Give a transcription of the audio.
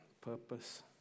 purpose